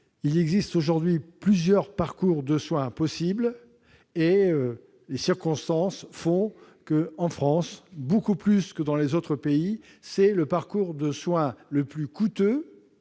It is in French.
Il existe aujourd'hui plusieurs parcours de soins possibles et les circonstances font que, en France beaucoup plus que dans les autres pays, c'est le parcours de soins le plus coûteux,